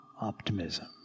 optimism